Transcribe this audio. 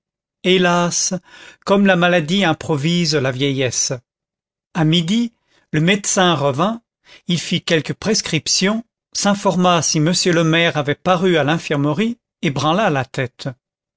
hélas comme la maladie improvise la vieillesse à midi le médecin revint il fit quelques prescriptions s'informa si m le maire avait paru à l'infirmerie et branla la tête